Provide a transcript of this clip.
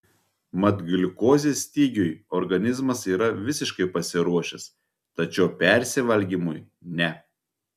mat gliukozės stygiui organizmas yra visiškai pasiruošęs tačiau persivalgymui ne